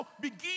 begin